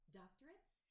doctorates